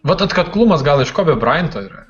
vat atkaklumas gal iš kobio brainto yra